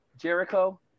Jericho